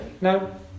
no